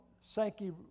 Sankey